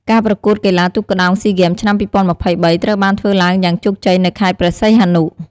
ការប្រកួតកីឡាទូកក្ដោងស៊ីហ្គេមឆ្នាំ២០២៣ ត្រូវបានធ្វើឡើងយ៉ាងជោគជ័យនៅខេត្តព្រះសីហនុ។